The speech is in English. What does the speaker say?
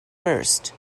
first